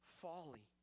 folly